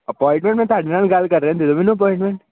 appointment ਮੈਂ ਤੁਹਾਡੇ ਨਾਲ ਗੱਲ ਕਰ ਰਿਹਾਂ ਦੇ ਦਓ ਮੈਨੂੰ ਅਪੋਇਟਮੈਂਟ